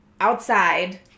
Outside